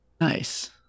nice